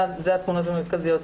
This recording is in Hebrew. אלו התלונות המרכזיות.